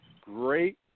great